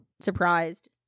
surprised